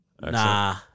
nah